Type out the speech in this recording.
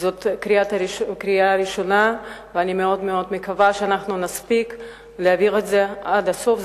זו הקריאה הראשונה ואני מקווה מאוד שנספיק להעבירה עד הסוף.